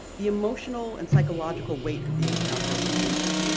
the emotional and psychological weight of the encounter will linger.